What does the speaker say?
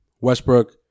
Westbrook